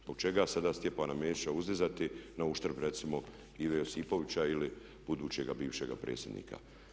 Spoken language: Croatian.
Zbog čega sada Stjepana Mesića uzdizati na uštrb recimo Ive Josipovića ili budućega bivšega predsjednika.